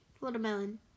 watermelon